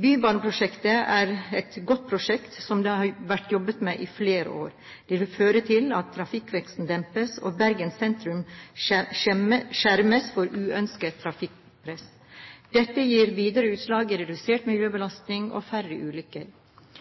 Bybaneprosjektet er et godt prosjekt som det har vært jobbet med i flere år. Det vil føre til at trafikkveksten dempes, og Bergen sentrum skjermes for uønsket trafikkpress. Dette gir videre utslag i redusert miljøbelastning og færre ulykker.